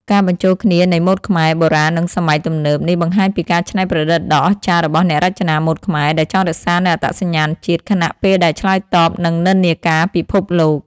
ការបញ្ចូលគ្នានៃម៉ូដខ្មែរ បុរាណ និងសម័យទំនើប នេះបង្ហាញពីការច្នៃប្រឌិតដ៏អស្ចារ្យរបស់អ្នករចនាម៉ូដខ្មែរ ដែលចង់រក្សានូវអត្តសញ្ញាណជាតិ ខណៈពេលដែលឆ្លើយតបនឹងនិន្នាការពិភពលោក។